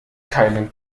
keinen